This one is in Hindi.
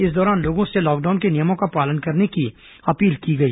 इस दौरान लोगों से लॉकडाउन के नियमों का पालन करने की अपील की गई